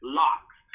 locks